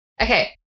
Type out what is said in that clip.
Okay